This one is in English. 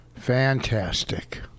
Fantastic